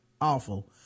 awful